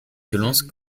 violences